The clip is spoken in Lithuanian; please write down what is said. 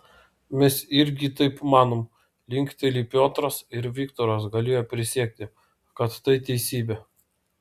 mes irgi taip manom linkteli piotras ir viktoras galėjo prisiekti kad tai teisybė